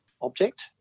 object